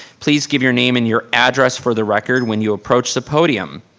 please give your name and your address for the record when you approach the podium.